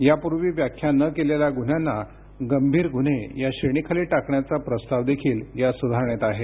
यापूर्वी व्याख्या न केलेल्या गुन्ह्यांना गंभीर गुन्हे या श्रेणीखाली टाकण्याचा प्रस्ताव देखील या सुधारणेत आहे